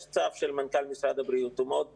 יש צו של מנכ"ל משרד הבריאות והוא מאוד ברור.